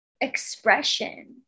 expression